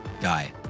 Guy